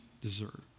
deserve